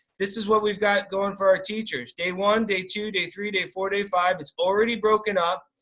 this is what we've got going for our teachers. day one, day two, day three, day four, day five. it's already broken up.